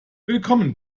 willkommen